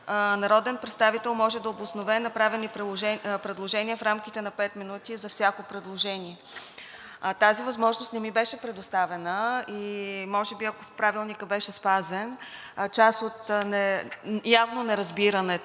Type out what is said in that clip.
народен представител може да обоснове направени предложения в рамките на пет минути за всяко предложение. Тази възможност не ми беше предоставена. Може би, ако Правилникът беше спазен, явно неразбирането